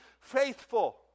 faithful